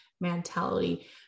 mentality